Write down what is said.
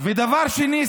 ודבר שני,